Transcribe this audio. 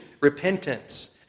repentance